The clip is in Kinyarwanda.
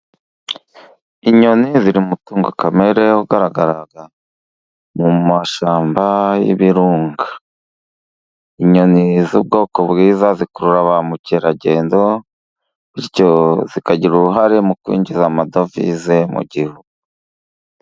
Inyoni ziri mu mutungo kamere, ugaragaraga mu mashyamba y'ibirunga. Inyoni z'ubwoko bwiza zikurura ba mukerarugendo, bityo zikagira uruhare mu kwinjiza amadovize mu Gihugu.